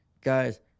guys